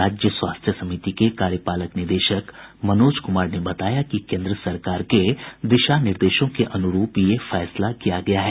राज्य स्वास्थ्य समिति के कार्यपालक निदेशक मनोज कुमार ने बताया कि केन्द्र सरकार के दिशा निर्देशों के अनुरूप ये फैसला किया गया है